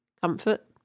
comfort